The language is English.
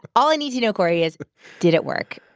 all i need to know, cory, is did it work?